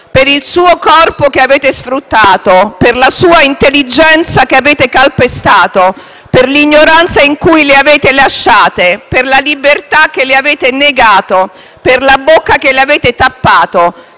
per il suo corpo che avete sfruttato, per la sua intelligenza che avete calpestato, per l'ignoranza in cui l'avete lasciata, per la libertà che le avete negato, per la bocca che le avete tappato,